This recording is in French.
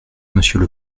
monsieur